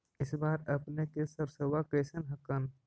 इस बार अपने के सरसोबा कैसन हकन?